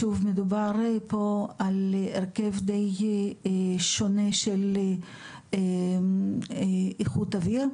מדובר פה על הרכב דיי שונה של איכות אוויר,